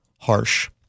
Harsh